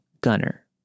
Gunner